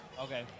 Okay